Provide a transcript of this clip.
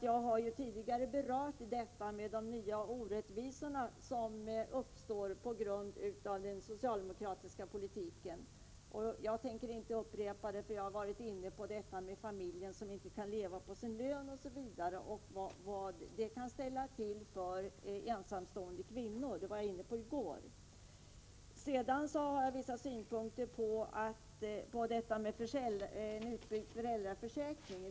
Jag har tidigare berört detta med de nya orättvisorna som uppstår på grund av den socialdemokratiska politiken. Det är inte min avsikt att upprepa vad jag sagt om dem som inte kan leva på sin lön etc. och vad det kan ställa till med för ensamstående kvinnor. Detta var jag inne på i går. Vidare har jag synpunkter på detta med utbyggd föräldraförsäkring.